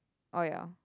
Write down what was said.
orh ya